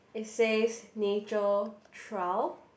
it says nature trail